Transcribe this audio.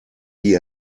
die